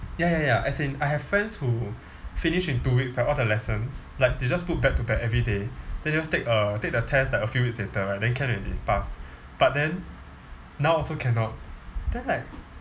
ya ya ya as in I have friends who finished in two weeks like all the lessons like they just put back to back everyday then just take a take the test like a few weeks later right then can already pass but then now also cannot then like